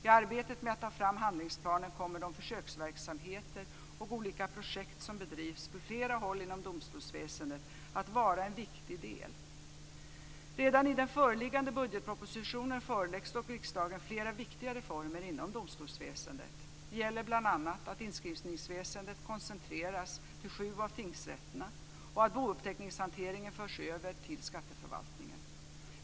I arbetet med att ta fram handlingsplanen kommer de försöksverksamheter och olika projekt som bedrivs på flera håll inom domstolsväsendet att vara en viktig del. Redan i den föreliggande budgetpropositionen föreläggs då riksdagen flera viktiga reformer inom domstolsväsendet. Det gäller bl.a. att inskrivningsväsendet koncentreras till sju av tingsrätterna och att bouppteckningshanteringen förs över till skatteförvaltningen.